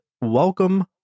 welcome